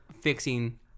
fixing